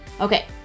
Okay